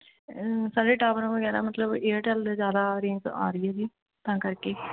ਸਾਡੇ ਟਾਵਰ ਵਗੈਰਾ ਮਤਲਬ ਏਅਰਟੈੱਲ ਦੇ ਜ਼ਿਆਦਾ ਰੇਂਜ ਆ ਰਹੀ ਹੈ ਜੀ ਤਾਂ ਕਰਕੇ